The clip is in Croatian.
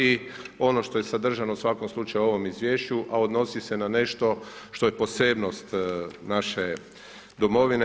I ono što je sadržano u svakom slučaju u ovom izvješću a odnosi se na nešto što je posebnost naše domovine.